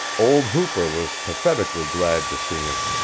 old hooper was pathetically glad to see him.